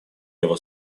его